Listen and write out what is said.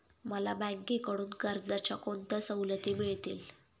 मला बँकेकडून कर्जाच्या कोणत्या सवलती मिळतील?